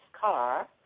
car